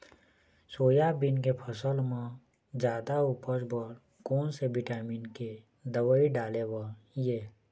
Soybean के फसल म जादा उपज बर कोन से विटामिन के दवई डाले बर ये?